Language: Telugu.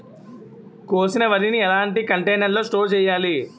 కోసిన వరిని ఎలాంటి కంటైనర్ లో స్టోర్ చెయ్యాలి?